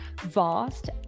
vast